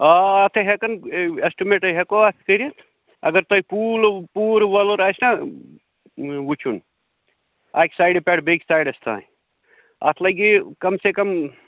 آ آ اَتھَے ہٮ۪کَن ایسٹٕمیٹَے ہٮ۪کَو اَتھ کٔرِتھ اگر تۄہہِ پوٗلہٕ پوٗرٕ وَلُر آسہِ نا وٕچھُن اَکہِ سایڈٕ پٮ۪ٹھ بیٚکہِ سایڈَس تام اَتھ لگی کَم سے کَم